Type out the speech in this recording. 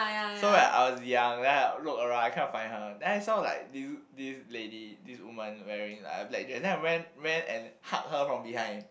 so that I was young then I rode around kind of find her then so like this this lady this woman wearing like a black dress then I went went and hug her from behind